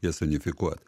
jas unifikuot